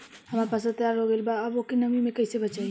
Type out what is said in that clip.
हमार फसल तैयार हो गएल बा अब ओके नमी से कइसे बचाई?